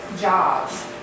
jobs